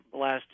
last